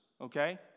okay